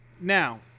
now